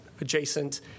adjacent